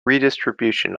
redistribution